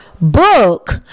book